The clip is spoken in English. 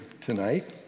tonight